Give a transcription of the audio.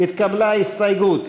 התקבלה ההסתייגות.